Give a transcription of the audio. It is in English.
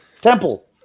Temple